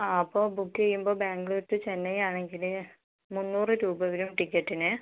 ആ അപ്പോൾ ബുക്ക് ചെയ്യുമ്പോൾ ബാംഗ്ലൂർ ടു ചെന്നൈ ആണങ്കിൽ മുന്നൂറ് രൂപ വരും ടിക്കറ്റിന്